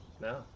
no